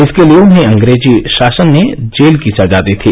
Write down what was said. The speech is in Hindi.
इसके लिए उन्हें अंग्रेजी शासन ने जेल की सजा दी थी